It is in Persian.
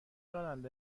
دارند